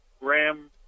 Ram